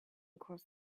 across